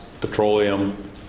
petroleum